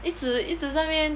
一直一直在那边